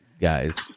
guys